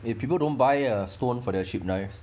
if people don't buy a stone for their cheap knives